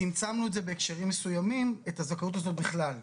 צמצמנו את זה בהקשרים מסוימים את הזכאות הזאת בכלל,